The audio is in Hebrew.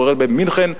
במינכן,